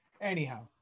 anyhow